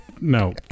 No